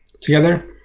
together